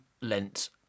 lent